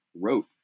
wrote